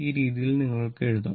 ഈ രീതിയിൽ നിങ്ങൾക്ക് എഴുതാം